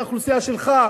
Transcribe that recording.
האוכלוסייה שלך.